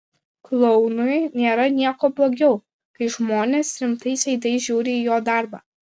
klounui nėra nieko blogiau kai žmonės rimtais veidais žiūri jo darbą